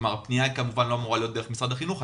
הפנייה כמובן לא אמורה להיות דרך משרד החינוך.